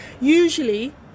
Usually